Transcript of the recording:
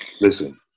Listen